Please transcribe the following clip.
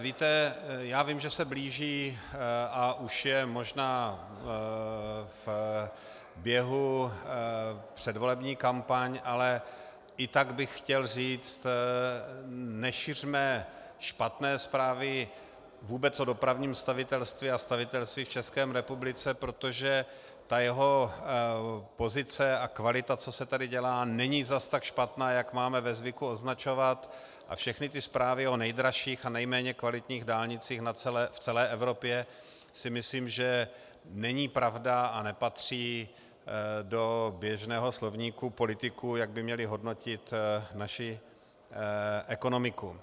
Víte, já vím, že se blíží a už je možná v běhu předvolební kampaň, ale i tak bych chtěl říci, nešiřme špatné zprávy vůbec o dopravním stavitelství a stavitelství v České republice, protože jeho pozice a kvalita toho, co se tady dělá, není zas tak špatná, jak máme ve zvyku označovat, a všechny ty zprávy o nejdražších a nejméně kvalitních dálnicích v celé Evropě nejsou pravdivé a nepatří do běžného slovníku politiků, jak by měli hodnotit naši ekonomiku.